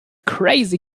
crazy